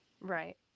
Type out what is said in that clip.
Right